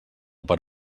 per